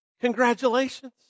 Congratulations